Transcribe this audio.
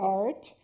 art